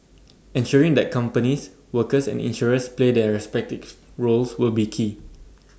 ensuring that companies workers and insurers play their respective roles will be key